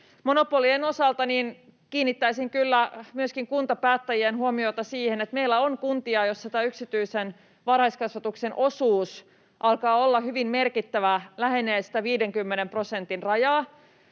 Monopolien osalta kiinnittäisin kyllä myöskin kuntapäättäjien huomiota siihen, että meillä on kuntia, joissa tämä yksityisen varhaiskasvatuksen osuus alkaa olla hyvin merkittävä, lähenee sitä 50 prosentin rajaa.